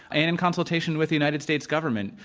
and inconsultation with the united states government,